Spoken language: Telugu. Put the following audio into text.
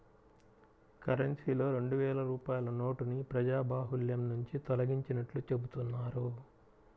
కరెన్సీలో రెండు వేల రూపాయల నోటుని ప్రజాబాహుల్యం నుంచి తొలగించినట్లు చెబుతున్నారు